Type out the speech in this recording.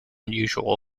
unusual